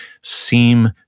seem